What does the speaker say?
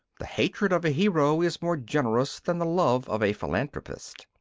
the hatred of a hero is more generous than the love of a philanthropist.